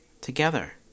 together